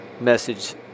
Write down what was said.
message